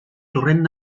torrent